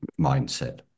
mindset